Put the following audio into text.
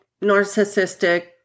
narcissistic